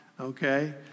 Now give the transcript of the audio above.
Okay